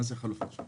מה זה "חלופת שקד"?